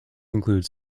include